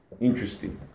interesting